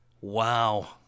Wow